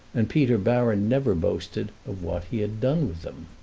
and peter baron never boasted of what he had done with them.